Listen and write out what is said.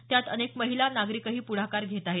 त्यात अनेक महिला नागरीक ही पुढाकार घेत आहेत